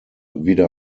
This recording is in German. wieder